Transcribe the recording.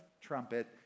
trumpet